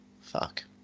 fuck